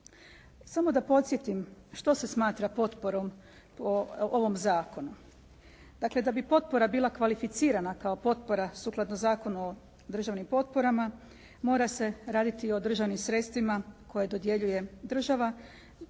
Samo da podsjetim što se smatra potporom ovom zakonu. Dakle, da bi potpora bila kvalificirana kao potpora sukladna zakonu o državnim potporama mora se raditi o državnim sredstvima koje dodjeljuje država